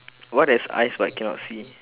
what has eyes but cannot see